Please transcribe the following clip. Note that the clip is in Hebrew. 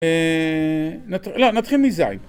אההה... נת... לא, נתחיל מז'